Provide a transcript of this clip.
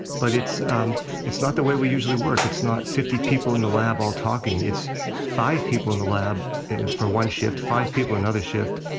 but it's um it's not the way we usually work. it's not fifty people in the lab all talking. it's five people in the lab for one shift, five people another shift,